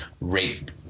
rate